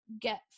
get